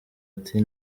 ati